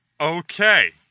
Okay